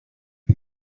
can